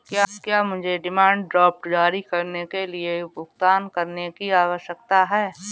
क्या मुझे demand draft जारी करने के लिए भुगतान करने की आवश्यकता है?